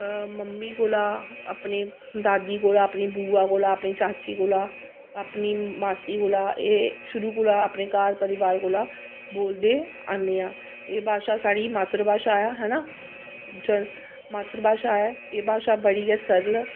mummy कोला अपने दादी कोला अपनी बूआ कोला अपनी चाची कोला अपनी मासी कोला एह् शुरू कोला अपने घर परिवार कोला बोलदे आन्ने आं एह् भाशा साढ़ी मात्तर भाशा ऐ है ना मात्तर भाशा ऐ एह् भाशा बड़ी गै सरल ऐ